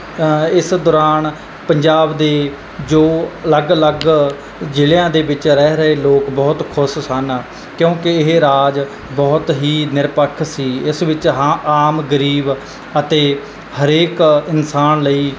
ਇਸ ਦੌਰਾਨ ਪੰਜਾਬ ਦੇ ਜੋ ਅਲੱਗ ਅਲੱਗ ਜ਼ਿਲ੍ਹਿਆਂ ਦੇ ਵਿੱਚ ਰਹਿ ਰਹੇ ਲੋਕ ਬਹੁਤ ਖੁਸ਼ ਸਨ ਕਿਉਂਕਿ ਇਹ ਰਾਜ ਬਹੁਤ ਹੀ ਨਿਰਪੱਖ ਸੀ ਇਸ ਵਿੱਚ ਹਾਂ ਆਮ ਗਰੀਬ ਅਤੇ ਹਰੇਕ ਇਨਸਾਨ ਲਈ